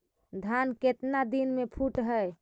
धान केतना दिन में फुट है?